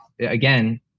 again